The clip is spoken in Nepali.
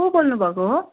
को बोल्नु भएको हो